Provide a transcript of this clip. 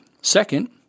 Second